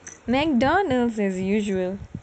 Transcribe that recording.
McDonald's as usual